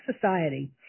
society